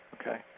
Okay